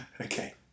Okay